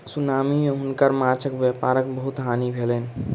tsunami मे हुनकर माँछक व्यापारक बहुत हानि भेलैन